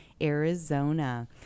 Arizona